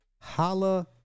holla